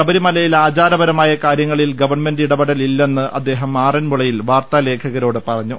ശബരിമലയിലെ ആചാരപരമായ കാര്യങ്ങളിൽ ഗവൺമെന്റ് ഇട പെടൽ ഇല്ലെന്ന് അദ്ദേഹം ആറന്മുളയിൽ വാർത്താലേഖകരോട് പറഞ്ഞു